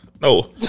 No